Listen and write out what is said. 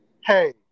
Hey